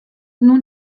nun